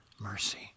mercy